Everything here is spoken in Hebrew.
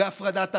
בהפרדת הרשויות,